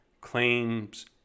claims